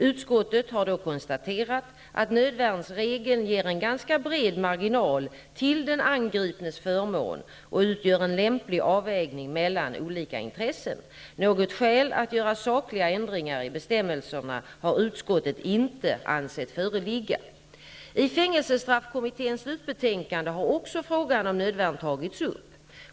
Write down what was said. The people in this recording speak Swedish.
Utskottet har då konstaterat att nödvärnsreglerna ger en ganska bred marginal till den angripnes förmån och utgör en lämplig avvägning mellan olika intressen. Något skäl att göra sakliga ändringar i bestämmelserna har utskottet inte ansett föreligga. I fängelsestraffkommitténs slutbetänkande har också frågan om nödvärn tagits upp.